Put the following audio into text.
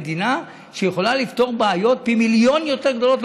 המדינה שיכולה לפתור בעיות פי מיליון יותר גרועות,